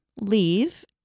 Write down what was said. leave